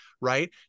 right